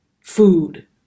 food